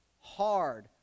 hard